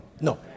No